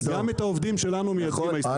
גם את העובדים שלנו מייצגים.